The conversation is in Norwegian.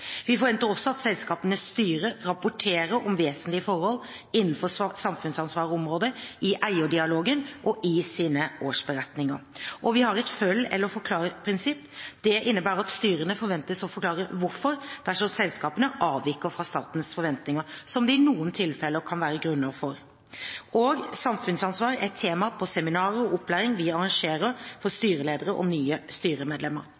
Vi forventer også at selskapenes styrer rapporterer om vesentlige forhold innenfor samfunnsansvarsområdet i eierdialogen og i sine årsberetninger. Vi har et «følg eller forklar»-prinsipp. Det innebærer at styrene forventes å forklare hvorfor, dersom selskapene avviker fra statens forventninger, som det i noen tilfeller kan være grunner for. Samfunnsansvar er tema på seminarer og opplæring som vi arrangerer for styreledere og nye styremedlemmer.